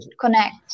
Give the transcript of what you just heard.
connect